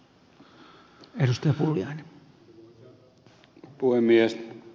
arvoisa puhemies